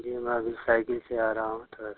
जी मैं अभी सायकिल से आ रहा हूँ थोड़ा सा